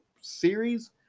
series